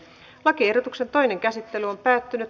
lakiehdotuksen toinen käsittely päättyi